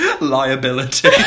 liability